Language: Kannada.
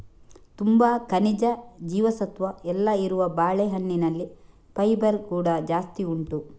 ತುಂಬಾ ಖನಿಜ, ಜೀವಸತ್ವ ಎಲ್ಲ ಇರುವ ಬಾಳೆಹಣ್ಣಿನಲ್ಲಿ ಫೈಬರ್ ಕೂಡಾ ಜಾಸ್ತಿ ಉಂಟು